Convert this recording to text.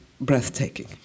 breathtaking